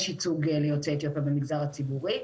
יש ייצוג ליוצאי אתיופיה במגזר הציבורי,